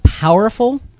powerful